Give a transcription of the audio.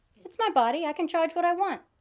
it's my body, i can charge what i want.